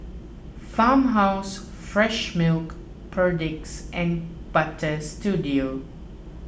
Farmhouse Fresh Milk Perdix and Butter Studio